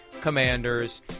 Commanders